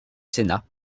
sénat